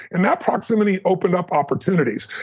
and that proximity opened up opportunities.